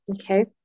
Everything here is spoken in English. Okay